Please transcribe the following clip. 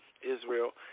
Israel